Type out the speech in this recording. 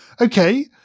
Okay